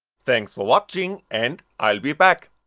thanks for watching and i'll be back!